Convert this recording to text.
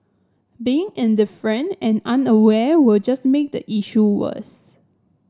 being indifferent and unaware will just make the issue worse